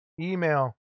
email